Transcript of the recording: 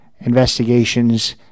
investigations